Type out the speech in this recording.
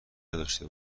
نداشته